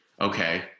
okay